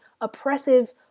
oppressive